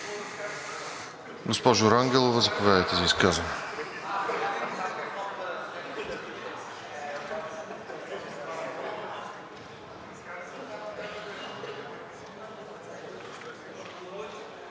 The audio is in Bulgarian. Госпожо Рангелова, заповядайте за изказване.